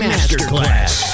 Masterclass